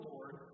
Lord